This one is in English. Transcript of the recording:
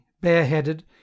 bareheaded